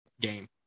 game